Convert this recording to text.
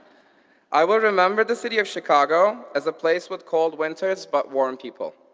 i will remember the city of chicago as a place with cold winters but warm people.